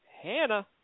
Hannah